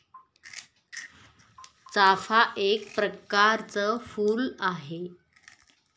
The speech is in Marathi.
चाफा एक प्रकरच फुल आहे